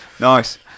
Nice